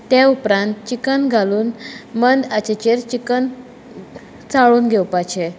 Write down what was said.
उपरांत चिकन घालून मंद हाचेर चिकन चाळून घेवपाचें